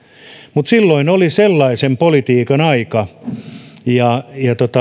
mutta silloin oli sellaisen politiikan aika ja